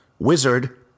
Wizard